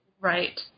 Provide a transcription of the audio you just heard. Right